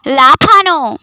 লাফানো